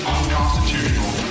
Unconstitutional